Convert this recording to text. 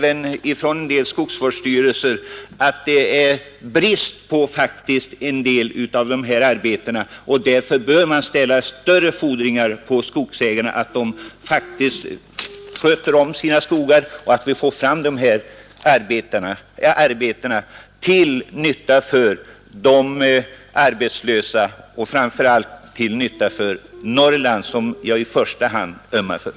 En del skogsvårdsstyrelser har förklarat att det är inget stort lager på vissa av dessa arbeten, och därför bör man ställa större fordringar på skogsägarna att de sköter om sina skogar och att vi får fram arbetena, till nytta för de arbetslösa och framför allt till nytta för Norrland, som jag i första hand ömmar för.